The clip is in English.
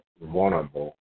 vulnerable